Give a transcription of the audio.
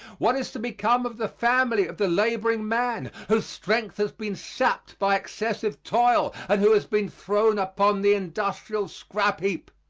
what is to become of the family of the laboring man whose strength has been sapped by excessive toil and who has been thrown upon the industrial scrap heap?